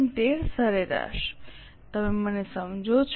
13 સરેરાશ તમે મને સમજો છો